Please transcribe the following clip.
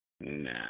Nah